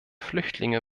flüchtlinge